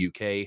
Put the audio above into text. uk